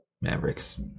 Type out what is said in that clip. Mavericks